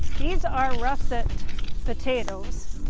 these are russet potatoes.